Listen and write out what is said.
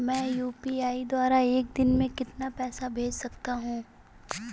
मैं यू.पी.आई द्वारा एक दिन में कितना पैसा भेज सकता हूँ?